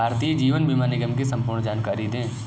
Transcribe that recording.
भारतीय जीवन बीमा निगम की संपूर्ण जानकारी दें?